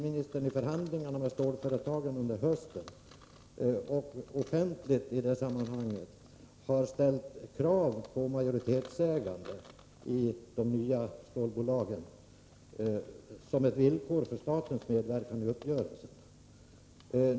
Men i förhandlingarna med stålföretagen under hösten har ju industriministern offentligt ställt krav på majoritetsägande i de nya stålbolagen som villkor för statens medverkan i en uppgörelse.